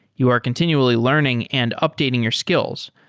you are continually learning and updating your skills,